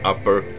Upper